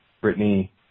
Brittany